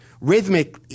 rhythmic